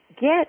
get